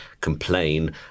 complain